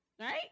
right